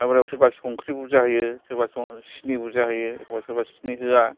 माइब्रा आव सोरबा संख्रि बुरजा होयो सोरबा सिनि बुरजा होयो एखमबा सोरबा सिनि होया